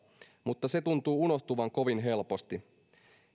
mutta se tuntuu unohtuvan kovin helposti